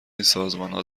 سازمانها